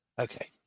Okay